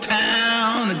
town